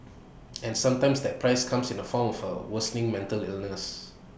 and sometimes that price comes in the form for A worsening mental illness